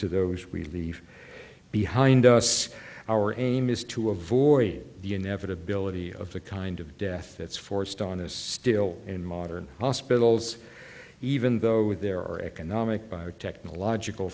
to those relief behind us our aim is to avoid the inevitability of the kind of death that's forced on us still in modern hospitals even though there are economic biotechnological